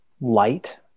light